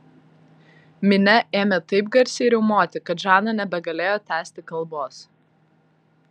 minia ėmė taip garsiai riaumoti kad žana nebegalėjo tęsti kalbos